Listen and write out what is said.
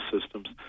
systems